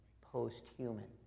post-human